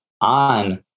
on